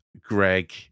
Greg